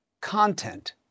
content